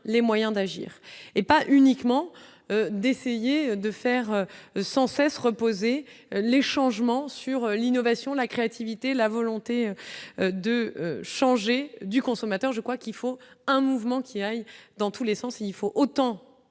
les moyens d'agir et pas uniquement d'essayer de faire sans cesse reposées les changements sur l'innovation, la créativité, la volonté de changer du consommateur, je crois qu'il faut un mouvement qui aille dans tous les sens, il faut autant